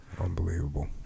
Unbelievable